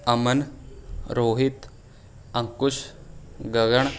Aman Rohit Ankush Gagan